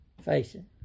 facing